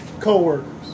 Co-workers